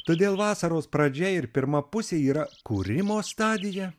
todėl vasaros pradžia ir pirma pusė yra kūrimo stadija